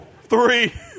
three